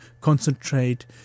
concentrate